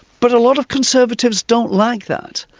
but a lot of conservatives don't like that,